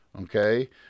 okay